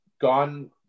gone